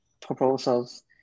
proposals